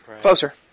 Closer